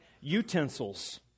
utensils